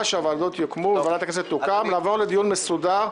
שהוועדות יוקמו וועדת הכנסת תוקם - לעבור לדיון מסודר,